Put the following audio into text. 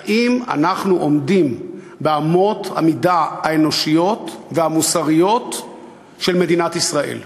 האם אנחנו עומדים באמות המידה האנושיות והמוסריות של מדינת ישראל?